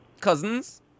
Cousins